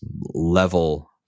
level